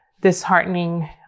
disheartening